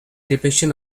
depiction